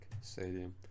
stadium